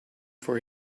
for